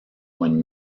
when